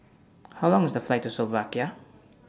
How Long IS The Flight to Slovakia